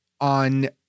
on